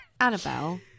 Annabelle